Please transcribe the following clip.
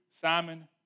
Simon